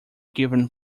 given